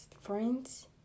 friends